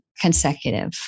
consecutive